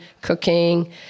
cooking